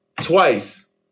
twice